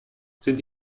sind